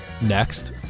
Next